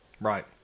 right